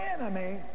enemy